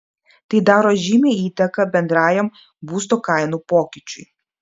tai daro žymią įtaką bendrajam būsto kainų pokyčiui